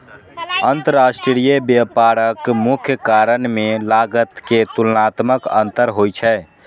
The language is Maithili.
अंतरराष्ट्रीय व्यापारक मुख्य कारण मे लागत मे तुलनात्मक अंतर होइ छै